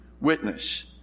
witness